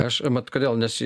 aš mat kodėl nes